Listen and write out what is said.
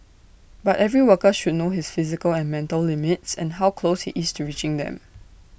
but every worker should know his physical and mental limits and how close he is to reaching them